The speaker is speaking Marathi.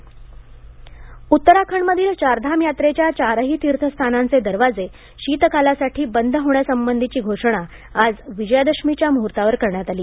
उत्तराखंड चारधाम उत्तराखंडमधील चारधाम यात्रेच्या चारही तीर्थस्थानांचे दरवाजे शीतकालासाठी बंद होण्यासंबंधीची घोषणा आज विजयादशमीच्या मुहूर्तावर करण्यात आली